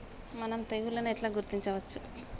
మనం తెగుళ్లను ఎట్లా గుర్తించచ్చు?